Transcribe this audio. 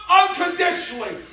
unconditionally